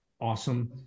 awesome